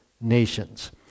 nations